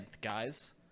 guys